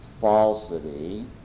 falsity